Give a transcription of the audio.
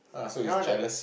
you know like